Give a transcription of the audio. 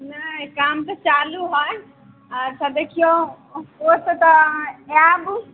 नहि काम तऽ चालू हय अच्छा देखिऔ कोर्टसँ तऽ अहाँ आएब